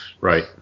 Right